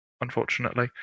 unfortunately